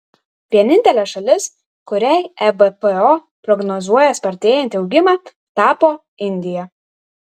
vienintelė šalis kuriai ebpo prognozuoja spartėjantį augimą tapo indija